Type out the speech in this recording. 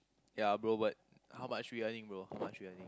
ya bro but how much we earning bro how much we earning